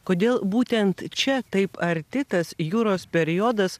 kodėl būtent čia taip arti tas juros periodas